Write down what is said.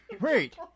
Wait